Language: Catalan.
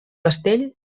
castell